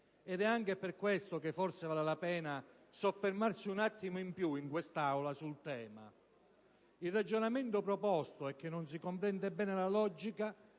Ed anche per questo forse vale la pena soffermarsi un attimo di più in quest'Aula sul tema. Il ragionamento proposto è che non si comprende bene la logica